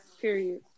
period